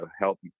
help